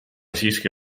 siiski